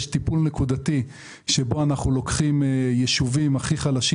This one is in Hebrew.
על ידי כך שיש טיפול נקודתי שבו אנחנו לוקחים ישובים הכי חלשים